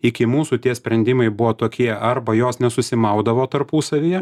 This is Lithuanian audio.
iki mūsų tie sprendimai buvo tokie arba jos nesusimaudavo tarpusavyje